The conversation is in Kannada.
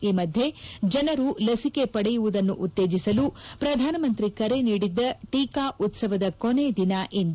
ಈ ಮಧ್ಯೆ ಜನರು ಲಸಿಕೆ ಪಡೆಯುವುದನ್ನು ಉತ್ತೇಜಿಸಲು ಪ್ರಧಾನಮಂತ್ರಿ ಕರೆ ನೀಡಿದ್ದ ಟಿಕಾ ಉತ್ಸವದ ಕೊನೆ ದಿನ ಇಂದು